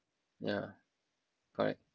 ya correct